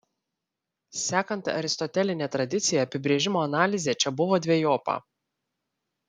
sekant aristoteline tradicija apibrėžimo analizė čia buvo dvejopa